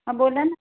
हां बोला ना